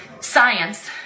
Science